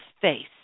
face